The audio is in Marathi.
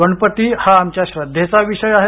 गणपती हा आमच्या श्रद्धेचा विषय आहे